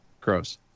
Gross